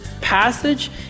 passage